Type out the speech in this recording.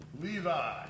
Levi